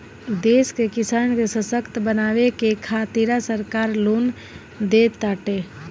देश के किसान के ससक्त बनावे के खातिरा सरकार लोन देताटे